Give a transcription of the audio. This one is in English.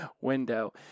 window